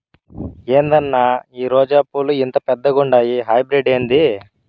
ఏందన్నా ఈ రోజా పూలు ఇంత పెద్దగుండాయి హైబ్రిడ్ ఏంది